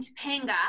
Topanga